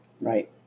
Right